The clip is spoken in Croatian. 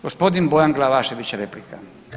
Gospodin Bojan Glavašević, replika.